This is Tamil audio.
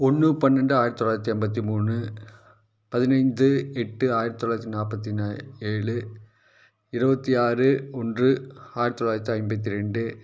ஒன்று பன்னெண்டு ஆயிரத்தி தொள்ளாயிரத்தி ஐம்பத்தி மூணு பதினைந்து எட்டு ஆயிரத்தி தொள்ளாயிரத்தி நாற்பத்தி ந ஏழு இருபத்தி ஆறு ஒன்று ஆயிரத்தி தொள்ளாயிரத்தி ஐம்பத்தி ரெண்டு